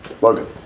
Logan